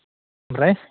आमफ्राय